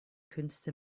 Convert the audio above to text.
künste